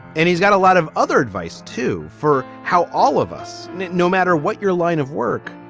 and he's got a lot of other advice, too, for how all of us, no matter what your line of work,